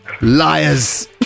Liars